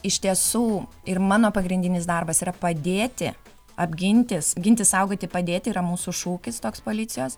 iš tiesų ir mano pagrindinis darbas yra padėti apgintis ginti saugoti padėti yra mūsų šūkis toks policijos